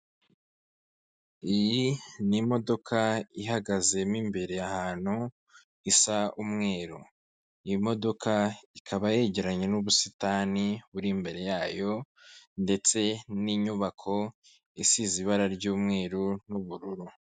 Iyi ni imodoka ihagazemo imbere ahantu isa umweru, iyi modoka ikaba yegeranye n'ubusitani buri imbere yayo ndetse n'inyubako isize ibara ry'umweru n'ubururu.